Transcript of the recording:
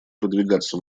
продвигаться